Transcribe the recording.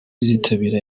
izitabira